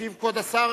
כבוד השר,